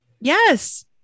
Yes